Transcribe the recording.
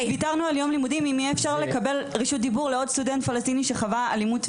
ואת שומעת פה את כל הסטודנטים מגנים את הקריאות האלו של מוות לערבים,